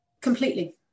Completely